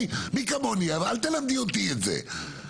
אז אל תלמדי אותי את זה,